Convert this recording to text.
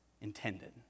intended